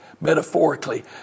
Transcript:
metaphorically